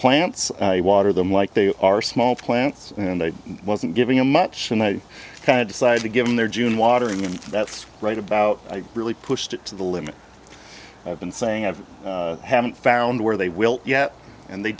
plants i water them like they are small plants and i wasn't giving a much and i kind of decided to give them their june watering and that's right about i really pushed it to the limit i've been saying i've haven't found where they will yet and they